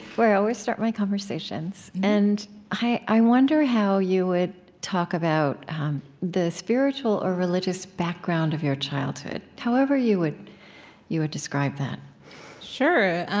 where i always start my conversations. and i i wonder how you would talk about the spiritual or religious background of your childhood, however you would you would describe that sure.